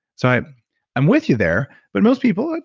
so i'm i'm with you there. but most people,